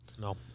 No